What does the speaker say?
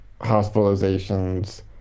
hospitalizations